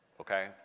Okay